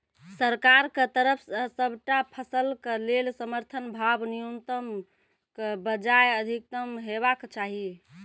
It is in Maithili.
सरकारक तरफ सॅ सबटा फसलक लेल समर्थन भाव न्यूनतमक बजाय अधिकतम हेवाक चाही?